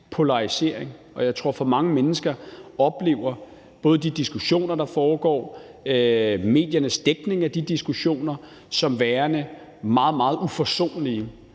polarisering. Jeg tror, at mange mennesker oplever både de diskussioner, der foregår, og mediernes dækning af de diskussioner som værende meget, meget uforsonlige,